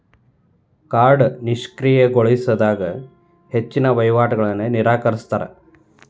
ಕಾರ್ಡ್ನ ನಿಷ್ಕ್ರಿಯಗೊಳಿಸಿದಾಗ ಹೆಚ್ಚಿನ್ ವಹಿವಾಟುಗಳನ್ನ ನಿರಾಕರಿಸ್ತಾರಾ